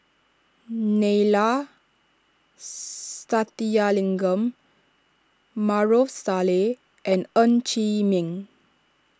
Neila Sathyalingam Maarof Salleh and Ng Chee Meng